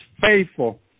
faithful